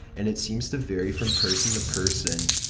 and it seems to vary from person to person.